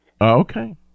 Okay